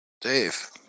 Dave